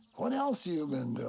what else you been